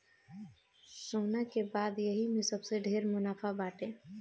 सोना के बाद यही में सबसे ढेर मुनाफा बाटे